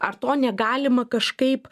ar to negalima kažkaip